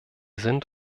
sind